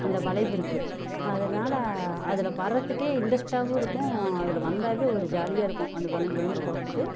அந்த வளைவு இருக்குது அதனால் அதில் வர்றதுக்கே இன்ட்ரெஸ்ட்டாகவும் இருக்கும் அதில் வந்தாவே ஒரு ஜாலியாக இருக்கும் அந்த வளைஞ்சு வளைஞ்சு போகிறதுக்கு